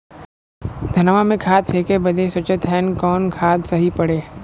धनवा में खाद फेंके बदे सोचत हैन कवन खाद सही पड़े?